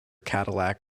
cadillac